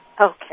Okay